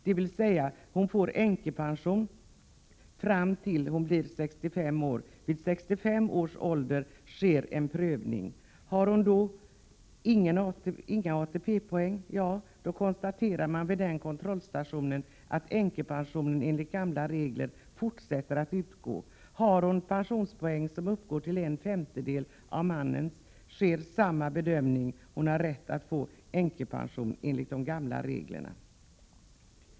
Det vill säga att hon får änkepension fram till dess att hon blir 65 år. Vid 65 års ålder sker en prövning. Har hon då inga ATP-poäng, ja, då konstaterar man vid den kontrollstationen att änkepension enligt gamla regler fortsätter att utgå. Har hon pensionspoäng som uppgår till en femtedel av mannens, sker samma bedömning -— hon har rätt att få änkepension enligt de gamla reglerna.